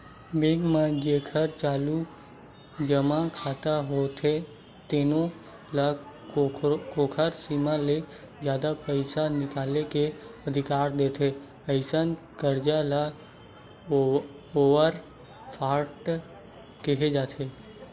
bank म जेखर चालू जमा खाता होथे तेनो ल ओखर सीमा ले जादा पइसा निकाले के अधिकार देथे, अइसन करजा ल ओवर ड्राफ्ट केहे जाथे